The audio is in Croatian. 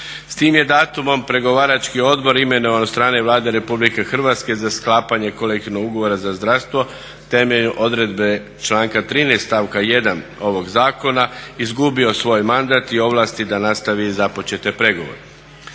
S tim je datumom pregovarački odbor imenovan od strane Vlade Republike Hrvatske za sklapanje kolektivnog ugovora za zdravstvo temelj odredbe članka 13. stavka 1. ovog zakona izgubio svoj mandat i ovlasti da nastavi započete pregovore.